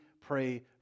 pray